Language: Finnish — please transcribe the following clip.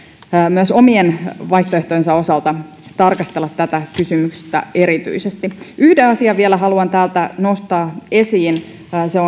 myös omien vaihtoehtojensa osalta tarkastella tätä kysymystä erityisesti yhden asian vielä haluan täältä nostaa esiin se